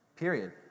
Period